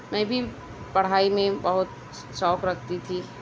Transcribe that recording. میں بھی پڑھائی میں بہت شوق رکھتی تھی